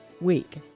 week